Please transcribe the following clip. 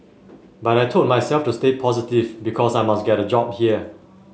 but I told myself to stay positive because I must get a job here